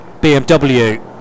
BMW